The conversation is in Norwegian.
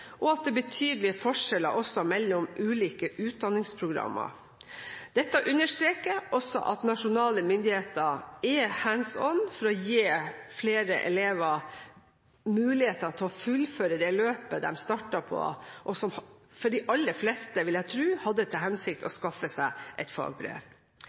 og at det er betydelige forskjeller også mellom ulike utdanningsprogrammer. Dette understreker også at nasjonale myndigheter er «hands on» for å gi flere elever muligheter til å fullføre det løpet de startet på, og de aller fleste, vil jeg tro, hadde til hensikt å skaffe seg et